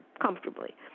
comfortably